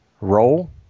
Roll